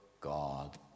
God